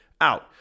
out